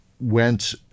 went